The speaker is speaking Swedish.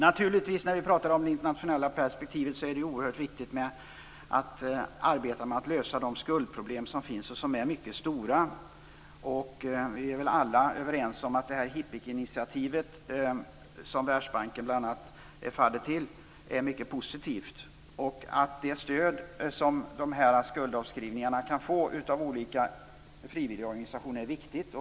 När vi pratar om det internationella perspektivet är det naturligtvis också oerhört viktigt att arbeta med att lösa de skuldproblem som finns och som är mycket stora. Vi är väl alla överens om att det här HIPC initiativet, som bl.a. Världsbanken är fadder till, är mycket positivt. Det stöd som de här skuldavskrivningarna kan få av olika frivilligorganisationer är viktigt.